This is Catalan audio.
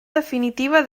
definitiva